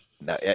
No